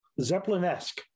Zeppelin-esque